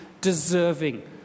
deserving